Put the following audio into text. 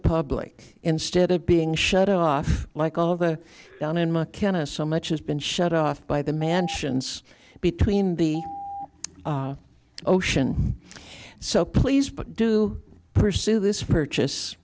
public instead of being shut off like all the down and mckenna so much has been shut off by the mansions between the ocean so please do pursue this purchase